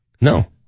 No